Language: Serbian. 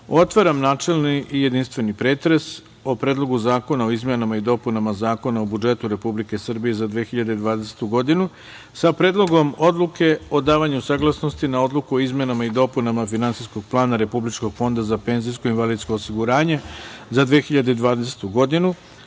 otvaram načelni i jedinstveni pretres o Predlogu zakona o izmenama i dopunama Zakona o budžetu Republike Srbije za 2020. godinu, sa Predlogom odluke o davanju saglasnosti na Odluku o izmenama i dopunama Finansijskog plana Republičkog fonda za penzijsko i invalidsko osiguranje za 2020. godinu,